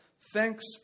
Thanks